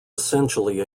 essentially